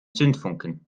zündfunken